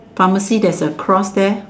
pharmacy that is across there